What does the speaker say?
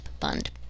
Fund